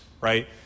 right